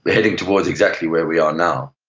heading towards exactly where we are now.